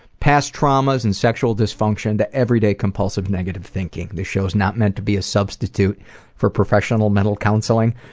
past traumas, and sexual dysfunction, to everyday compulsive negative thinking. this show is not meant to be a substitute for professional mental counseling.